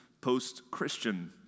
post-Christian